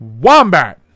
Wombat